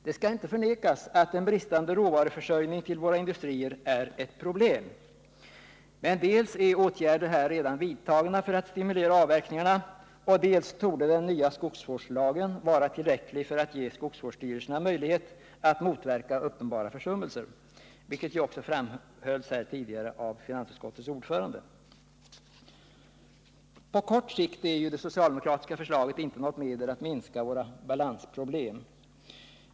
Det skall inte förnekas att en bristande råvaruförsörjning till våra industrier är ett problem. Men dels är åtgärder redan vidtagna för att stimulera avverkningarna, dels torde den nya skogsvårdslagen vara tillräcklig för att ge skogsvårdsstyrelserna möjlighet att motverka uppenbara försummelser, vilket också framhölls här tidigare av finansutskottets ordförande. På kort sikt är ju inte det socialdemokratiska förslaget något medel att minska våra balansproblem.